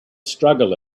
struggle